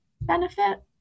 benefit